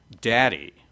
daddy